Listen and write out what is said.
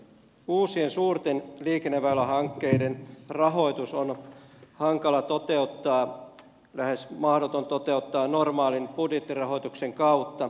uusien suurten liikenneväylähankkeiden rahoitus on hankala lähes mahdoton toteuttaa normaalin budjettirahoituksen kautta